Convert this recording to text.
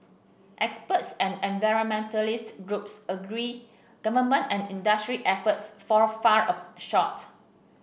experts and environmentalist groups agree government and industry efforts fall a far of short